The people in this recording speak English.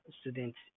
students